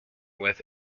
with